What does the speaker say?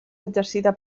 exercida